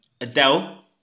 Adele